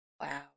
Wow